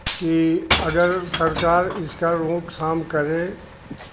कि अगर सरकार इसका रोक थाम करें